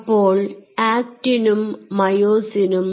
അപ്പോൾ ആക്റ്റിനും മയോസിനും